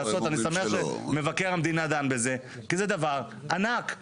אני שמח שמבקר המדינה דן בזה, כי זה דבר ענק.